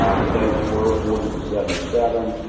ah the dates were forty to seventy seven.